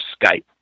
Skype